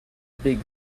big